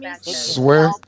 swear